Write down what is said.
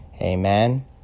Amen